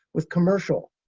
with commercial.